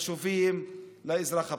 חשובים לאזרח הפשוט.